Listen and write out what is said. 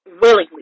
willingly